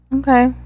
Okay